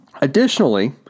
Additionally